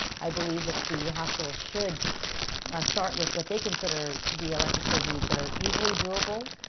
i believe that the hospitals should start with what they consider to be elective surgeries that are easily doable,